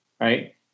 right